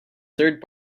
third